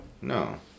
No